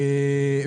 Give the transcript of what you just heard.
ביעד.